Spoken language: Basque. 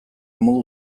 modu